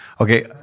okay